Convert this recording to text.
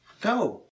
Go